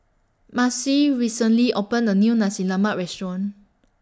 Marcy recently opened A New Nasi Lemak Restaurant